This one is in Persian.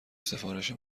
سفارش